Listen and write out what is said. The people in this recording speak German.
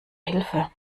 hilfe